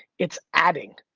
it's adding.